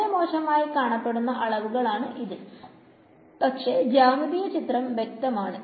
വളരെ മോശമായി കാണപ്പെടുന്ന അളവുകൾ ആണ് ഇത് പക്ഷെ ജ്യാമീതീയ ചിത്രം വ്യക്തമാണ്